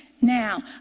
Now